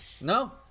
No